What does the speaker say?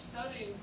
studying